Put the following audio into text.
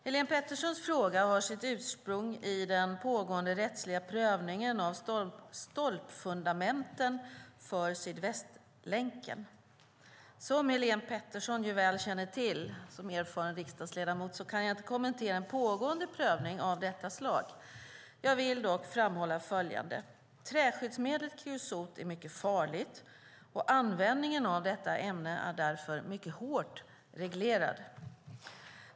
Helene Petersons fråga har sitt ursprung i den pågående rättsliga prövningen av stolpfundamenten för Sydvästlänken. Som Helene Peterson som erfaren riksdagsledamot väl känner till kan jag inte kommentera en pågående prövning av detta slag. Jag vill dock framhålla följande: Träskyddsmedlet kreosot är mycket farligt, och användningen av detta ämne är därför mycket hårt reglerad.